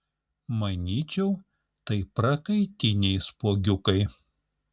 manyčiau tai prakaitiniai spuogiukai